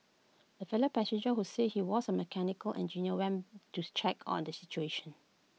A fellow passenger who said he was A mechanical engineer went to check on the situation